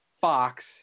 Fox